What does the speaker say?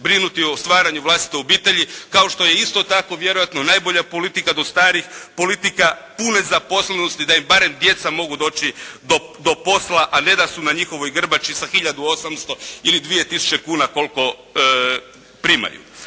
brinuti o stvaranju vlastite obitelji kao što je isto tako vjerojatno najbolja politika do starih politika pune zaposlenosti, da im barem djeca mogu doći do posla, a ne da su na njihovoj grbači sa hiljadu 800 ili 2 tisuće kuna koliko primaju.